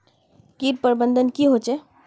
किट प्रबन्धन की होचे?